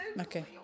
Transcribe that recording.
okay